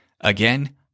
Again